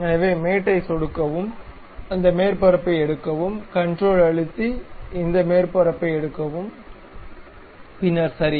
எனவே மேட் ஐ சொடுக்கவும் அந்த மேற்பரப்பை எடுக்கவும் கன்ரோல் அழுத்தி இந்த மேற்பரப்பை எடுக்கவும் பின்னர் சரி